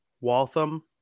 Waltham